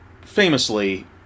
famously